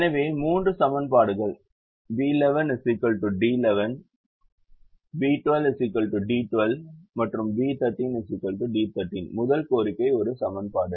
எனவே 3 சமன்பாடுகள் B11 D11 B12 D12 மற்றும் B13 D13 முதல் கோரிக்கை ஒரு சமன்பாடு